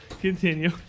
continue